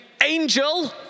angel